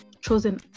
chosen